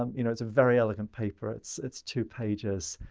um you know, it's a very elegant paper. it's it's two pages.